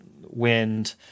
wind